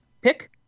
pick